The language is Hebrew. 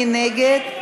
מי נגד?